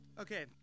Okay